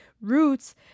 roots